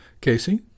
Casey